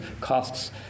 costs